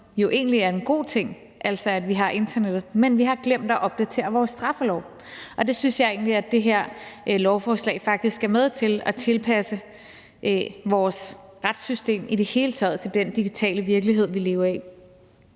jo egentlig er en god ting, altså at vi har internettet, men vi har glemt at opdatere vores straffelov. Og det synes jeg egentlig at det her lovforslag faktisk er med til, altså i det hele taget at tilpasse vores retssystem til den digitale virkelighed, vi lever i.